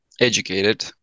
educated